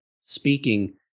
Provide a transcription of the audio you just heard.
speaking